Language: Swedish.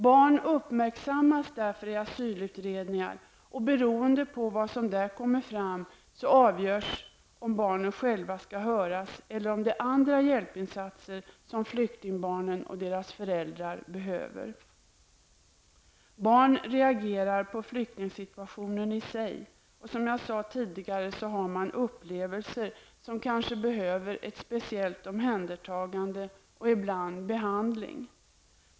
Barnen uppmärksammas därför i asylutredningarna, och beroende på vad som där kommer fram så avgörs om barnen själva skall höras eller om det är andra hjälpinsatser som flyktingbarnen och deras föräldrar behöver. Alla barn reagerar på flyktingsituationen i sig och många har tidigare upplevelser som behöver ett speciellt omhändertagande och ibland behandling.